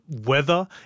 weather